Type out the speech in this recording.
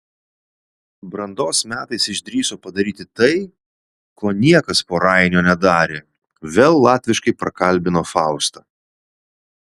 brandos metais išdrįso padaryti tai ko niekas po rainio nedarė vėl latviškai prakalbino faustą